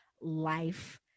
life